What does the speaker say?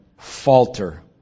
falter